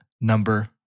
number